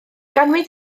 ganwyd